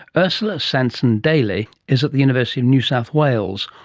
ursula sansom-daly is at the university of new south wales,